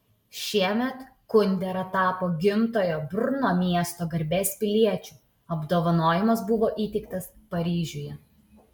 šiemet kundera tapo gimtojo brno miesto garbės piliečiu apdovanojimas buvo įteiktas paryžiuje